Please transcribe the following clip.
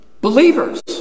believers